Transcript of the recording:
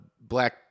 black